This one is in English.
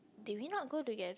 did we not go together